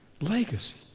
Legacy